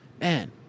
Man